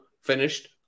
finished